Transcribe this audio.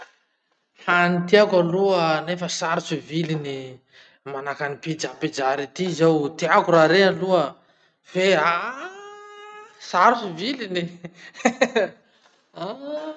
Hany tiako aloha nefa sarotsy viliny, manahaky any pizza pizza rety zao, tiako raha rey aloha fe aaahh sarotsy viliny.